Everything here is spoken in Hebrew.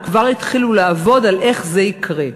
וכבר התחילו לעבוד על איך זה יקרה,